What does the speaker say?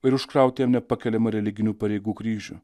ir užkrauti jam nepakeliamą religinių pareigų kryžių